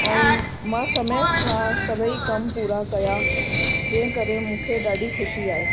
ऐं मां समय सां सभई कम पुरा कया जे करे मूंखे ॾाढी ख़ुशी आहे